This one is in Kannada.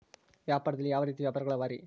ವ್ಯಾಪಾರದಲ್ಲಿ ಯಾವ ರೇತಿ ವ್ಯಾಪಾರಗಳು ಅವರಿ?